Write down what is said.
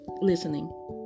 listening